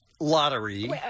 lottery